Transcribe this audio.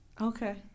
okay